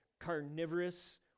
carnivorous